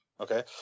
Okay